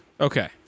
Okay